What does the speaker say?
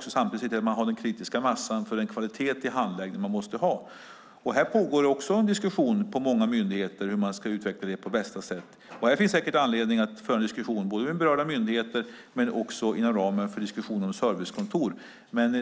samtidigt som man har den kritiska massan för kvalitet i handläggningen. Det pågår diskussioner på många myndigheter om hur man ska utveckla det på bästa sätt. Det finns säkert anledning att föra en diskussion med berörda myndigheter och en diskussion om servicekontor.